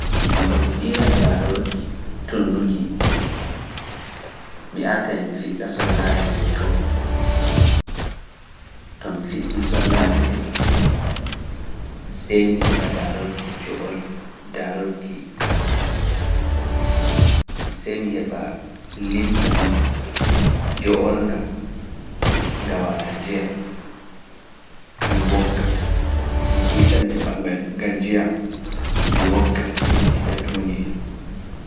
To mi fiɗta sollaare nden to, to mi fiɗɗi sollaare nden, sey mi heɓa darorki, sey mi heɓa limsa joornga, nga walaa njiyam, mi wogga. So mi fuyta mi heɓa ngan njiyam, mi wogga, mi ittida tuundi ndi.